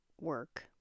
work